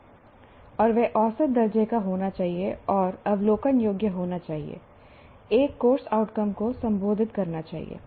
और वे औसत दर्जे का होना चाहिए और अवलोकन योग्य होना चाहिए एक कोर्स आउटकम्स को संबोधित करना चाहिए